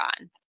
on